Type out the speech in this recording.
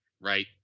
right